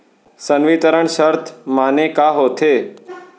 संवितरण शर्त माने का होथे?